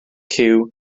cyw